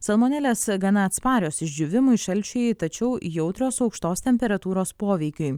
salmonelės gana atsparios išdžiūvimui šalčiui tačiau jautrios aukštos temperatūros poveikiui